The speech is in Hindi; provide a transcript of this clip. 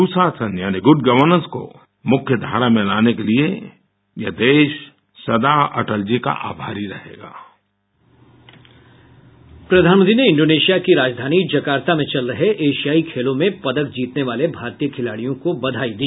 सुशासन यानि गुड गवर्नेस को मुख्य धारा में लाने के लिए ये देश सदा अटल जी का आभारी रहेगा प्रधानमंत्री ने इंडोनेशिया की राजधानी जकार्ता में चल रहे एशियाई खेलों में पदक जीतने वाले भारतीय खिलाड़ियों को बधाई दी